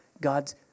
God's